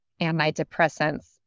antidepressants